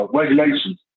regulations